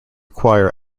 choir